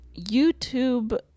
YouTube